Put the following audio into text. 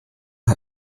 hat